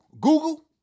Google